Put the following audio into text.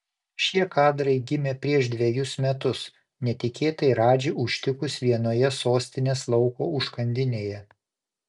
šie kadrai gimė prieš dvejus metus netikėtai radži užtikus vienoje sostinės lauko užkandinėje